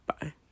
bye